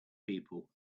people